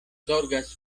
zorgas